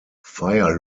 fire